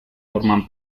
forman